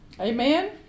Amen